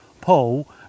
Paul